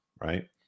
right